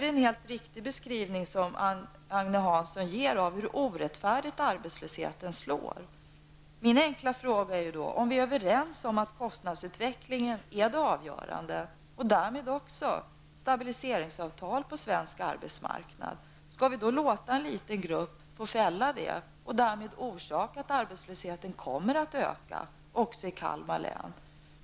Den beskrivning som Agne Hansson ger av hur orättfärdigt arbetslösheten slår är helt riktig. Min enkla fråga är då: Om vi är överens om att kostnadsutvecklingen är det avgörande och därmed också stabiliseringsavtal på svensk arbetsmarknad -- skall vi då låta en liten grupp få fälla det och därmed orsaka att arbetslösheten kommer att öka, också i Kalmar län?